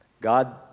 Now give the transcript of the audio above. God